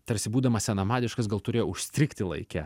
tarsi būdamas senamadiškas gal turėjo užstrigti laike